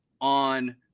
on